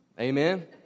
Amen